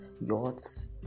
yachts